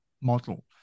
model